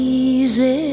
easy